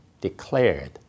declared